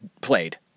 played